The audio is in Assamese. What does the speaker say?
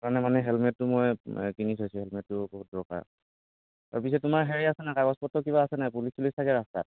সেইটো কাৰণে মানে হেলমেটতো মই কিনি থৈছোঁ হেলমেটটো বহুত দৰকাৰ তাৰপিছত তোমাৰ হেৰি আছেনে কাগজ পত্ৰ কিবা আছেনে পুলিচ চুলিচ থাকে ৰাস্তাত